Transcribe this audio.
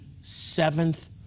seventh